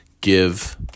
give